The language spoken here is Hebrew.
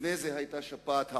לפני זה היתה שפעת העופות,